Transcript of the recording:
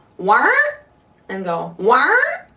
wharh and go wharh,